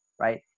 right